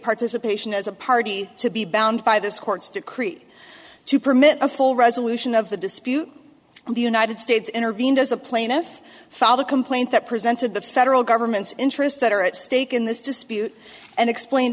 participation as a party to be bound by this courts to create to permit a full resolution of the dispute in the united states intervened as a plaintiff filed a complaint that presented the federal government's interests that are at stake in this dispute and explain